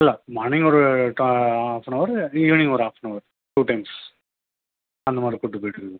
இல்லை மார்னிங் ஒரு to half an hour evening ஒரு ஹாஃப்னவர் டூ டைம்ஸ் அந்தமாதிரி கூப்பிட்டு போயிட்டுருக்கோம்